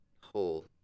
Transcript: whole